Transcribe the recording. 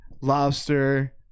Lobster